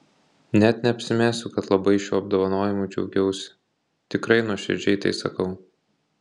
net neapsimesiu kad labai šiuo apdovanojimu džiaugiausi tikrai nuoširdžiai tai sakau